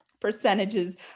percentages